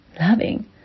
Loving